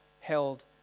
held